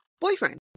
boyfriend